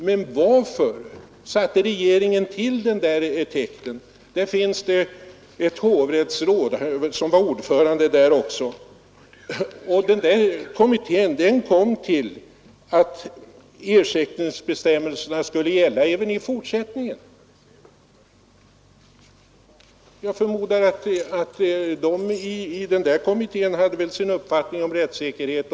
Men varför tillsatte regeringen den där kommittén, där ett hovrättsråd var ordförande? Kommittén kom fram till uppfattningen att ersättningsbestämmelserna skulle gälla även i fortsättningen. Jag förmodar att de som satt i kommittén också hade en uppfattning om rättssäkerhet.